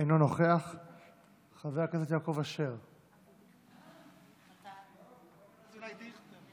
אירוע כזה שכל כך הרבה אנשים חשים צורך גדול להגיע אליו,